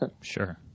Sure